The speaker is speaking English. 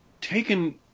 taken